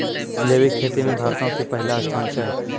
जैविक खेती मे भारतो के पहिला स्थान छै